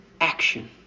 action